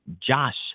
Josh